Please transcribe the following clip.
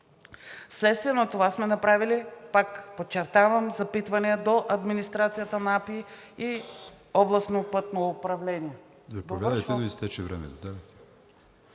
Вследствие на това сме направили, пак подчертавам, запитвания до администрацията на АПИ и Областно пътно управление...